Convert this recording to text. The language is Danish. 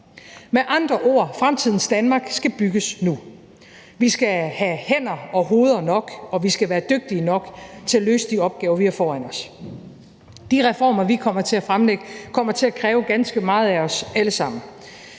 Med andre ord: Fremtidens Danmark skal bygges nu. Vi skal have hænder og hoveder nok, og vi skal være dygtige nok til at løse de opgaver, vi har foran os. De reformer, vi kommer til at fremlægge, kommer til at kræve ganske meget af os alle sammen.